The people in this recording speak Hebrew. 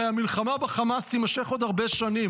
הרי המלחמה בחמאס תימשך עוד הרבה שנים,